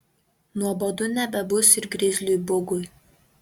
nuobodu nebebus ir grizliui bugui